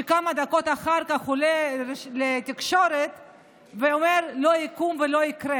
שכמה דקות אחר כך עולה לתקשורת ואומר: לא יקום ולא יהיה,